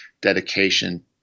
dedication